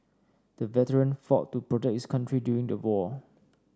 the veteran fought to protect his country during the war